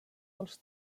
dels